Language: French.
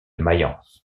mayence